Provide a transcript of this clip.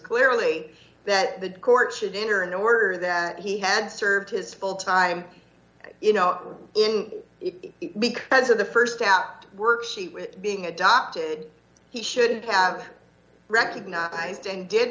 clearly that the court should enter an order that he had served his full time you know in it because of the st apt worksheet with being adopted he should have recognized and did